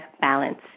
balance